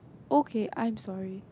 okay I am sorry